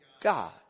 God